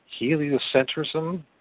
heliocentrism